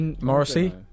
Morrissey